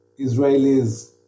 Israelis